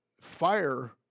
fire